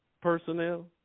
personnel